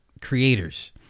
creators